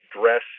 dress